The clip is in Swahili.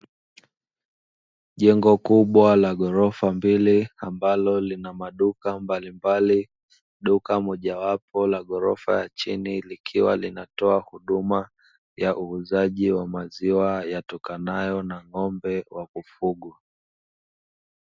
Jengo kubwa la ghorofa mbili ambalo lina maduka mbalimbali, duka mojawapo la ghorofa ya chini likiwa linatoa huduma ya uuzaji wa maziwa yatokanayo na ng'ombe wa kufugwa.